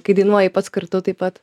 kai dainuoji pats kartu taip pat